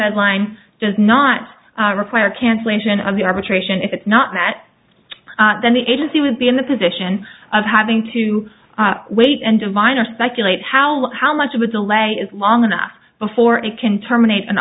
deadline does not require cancellation of the arbitration if it's not met then the agency would be in the position of having to wait and diviner speculate how how much of a delay is long enough before it can terminate an